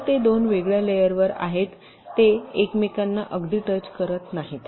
तर ते 2 वेगळ्या लेयरवर आहेत ते एकमेकांना अगदी टच करीत नाहीत